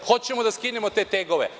Hoćemo da skinemo te tegove.